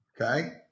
Okay